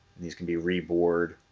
these can be reboard